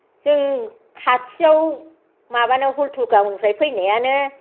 जों खाथियाव माबानो हल्थुगावनिफ्राय फैनायानो